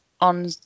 on